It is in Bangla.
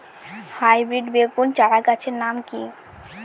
হাইব্রিড বেগুন চারাগাছের নাম কি?